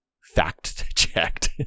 Fact-checked